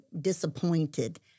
disappointed